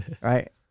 Right